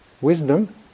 wisdom